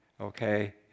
Okay